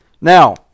Now